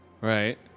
right